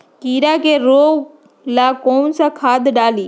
कीड़ा के रोक ला कौन सा खाद्य डाली?